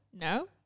no